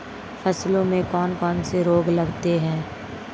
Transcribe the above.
फसलों में कौन कौन से रोग लगते हैं?